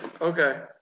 okay